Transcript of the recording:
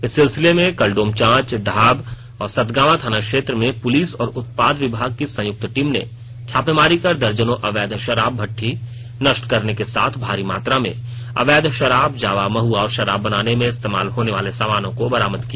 इस सिलसिले में कल डोमचांच ढाब और सतगावा थाना क्षेत्र में पुलिस और उत्पाद विभाग की संयुक्त टीम ने छापेमारी कर दर्जनों अवैध शराब भट्टी नष्ट करने के साथ भारी मात्रा में अवैध शराब जावा महुआ और शराब बनाने में इस्तेमाल होनेवाले सामानों को बरामद किया